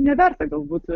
neverta galbūt